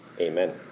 Amen